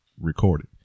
recorded